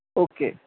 okay